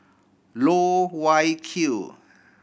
Loh Wai Kiew